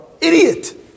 idiot